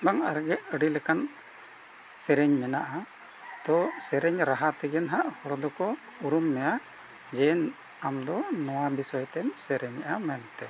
ᱵᱟᱝ ᱟᱨᱦᱚᱸ ᱜᱮ ᱟᱹᱰᱤ ᱞᱮᱠᱟᱱ ᱥᱮᱨᱮᱧ ᱢᱮᱱᱟᱜᱼᱟ ᱛᱳ ᱥᱮᱨᱮᱧ ᱨᱟᱦᱟ ᱛᱮᱜᱮ ᱱᱟᱦᱟᱜ ᱦᱚᱲ ᱫᱚᱠᱚ ᱩᱨᱩᱢ ᱢᱮᱭᱟ ᱡᱮ ᱟᱢ ᱫᱚ ᱱᱚᱣᱟ ᱵᱤᱥᱚᱭᱛᱮᱢ ᱥᱮᱨᱮᱧᱮᱫᱼᱟ ᱢᱮᱱᱛᱮ